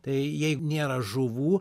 tai jei nėra žuvų